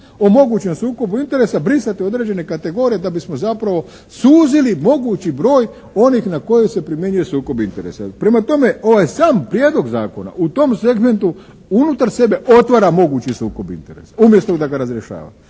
o mogućem sukobu interesa, brisati određene kategorije da bismo zapravo suzili mogući broj onih na koje se primjenjuje sukob interesa. Prema tome, ovaj sam prijedlog zakona u tom segmentu unutar sebe otvara mogućni sukob interesa umjesto da ga razrješava.